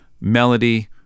melody